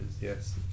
Yes